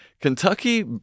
Kentucky